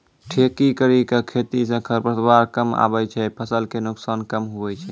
ठेकी करी के खेती से खरपतवार कमआबे छै फसल के नुकसान कम हुवै छै